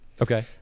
Okay